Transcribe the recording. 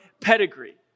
pedigree